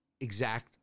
exact